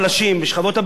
בשכבות הביניים.